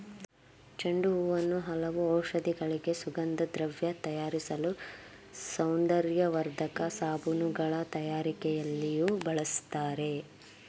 ಚೆಂಡು ಹೂವನ್ನು ಹಲವು ಔಷಧಿಗಳಿಗೆ, ಸುಗಂಧದ್ರವ್ಯ ತಯಾರಿಸಲು, ಸೌಂದರ್ಯವರ್ಧಕ ಸಾಬೂನುಗಳ ತಯಾರಿಕೆಯಲ್ಲಿಯೂ ಬಳ್ಸತ್ತರೆ